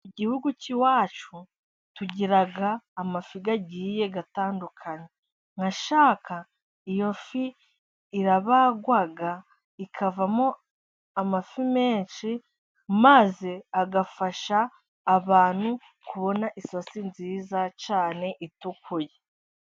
Igihugu cy'iwacu tugira amafi agiye atandukanye, nka shaka iyo fi irabagwa ikavamo amafi menshi, maze agafasha abantu kubona isosi nziza cyane itukuye.